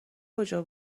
کجا